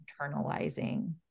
internalizing